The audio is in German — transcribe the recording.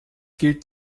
gilt